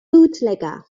bootlegger